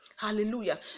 Hallelujah